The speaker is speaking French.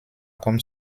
comme